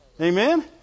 Amen